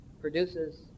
produces